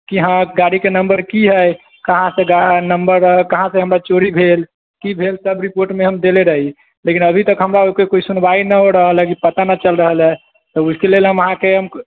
की हँ गाड़ीके नम्बर की हइ कहाँ से नम्बर कहाँ से हमरा चोरी भेल की भेल सभ रिपोर्टमे हम देले रही लेकिन अभी तक हमरा ओहिके सुनबाइ नहि हो रहल हँ कि पता नहि चल रहल हइ ओहिके लेल हम अहाँकेँ